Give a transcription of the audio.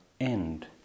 end